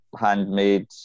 handmade